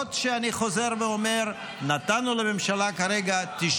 למרות שאני חוזר ואומר: נתנו כרגע לממשלה